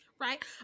Right